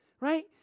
right